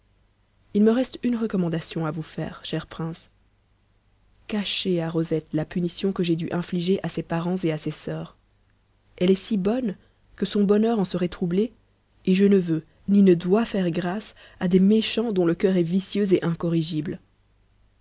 il me reste une recommandation à vous faire cher prince cachez à rosette la punition que j'ai dû infliger à ses parents et à ses soeurs elle est si bonne que son bonheur en serait troublé et je ne veux ni ne dois faire grâce à des méchants dont le coeur est vicieux et incorrigible